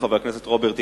חבר הכנסת רוברט אילטוב,